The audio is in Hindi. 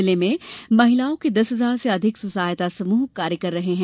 जिले में महिलाओं के दस हजार से अधिक स्वसहायता समृह काम कर रहे हैं